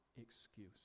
excuse